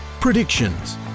predictions